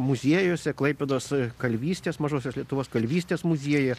muziejuose klaipėdos kalvystės mažosios lietuvos kalvystės muziejuje